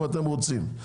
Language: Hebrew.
אם אתם רוצים.